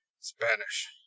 Spanish